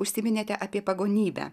užsiminėte apie pagonybę